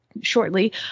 shortly